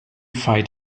fight